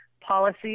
policy